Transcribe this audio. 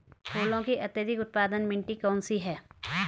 फूलों की अत्यधिक उत्पादन मिट्टी कौन सी है?